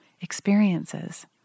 experiences